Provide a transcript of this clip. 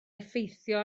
effeithio